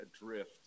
adrift